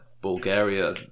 Bulgaria